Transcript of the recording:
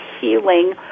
healing